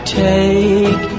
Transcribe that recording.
take